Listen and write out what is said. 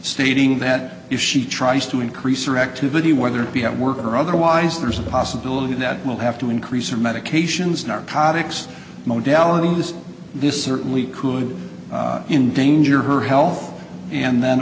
stating that if she tries to increase or activity whether it be at work or otherwise there's a possibility that we'll have to increase or medications narcotics modelling this certainly could endanger her health and then